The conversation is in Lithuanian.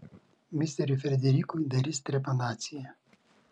misteriui frederikui darys trepanaciją